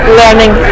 learning